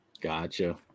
Gotcha